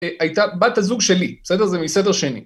הייתה בת הזוג שלי, בסדר? זה מסדר שני.